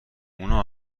اونا